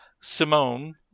Simone